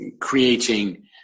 creating